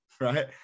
right